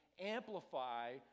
amplify